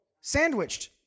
sandwiched